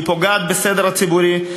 היא פוגעת בסדר הציבורי,